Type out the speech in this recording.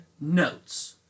notes